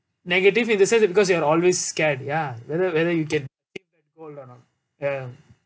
negative in the sense because you're always scared ya whether whether you can achieve that goal or not ya